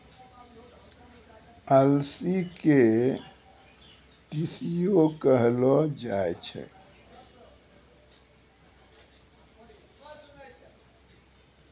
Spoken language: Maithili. अलसी के तीसियो कहलो जाय छै